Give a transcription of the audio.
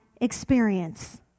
experience